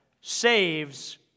saves